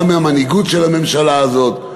גם מהמנהיגות של הממשלה הזאת,